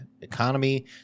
Economy